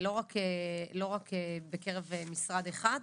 לא רק בקרב משרד אחד.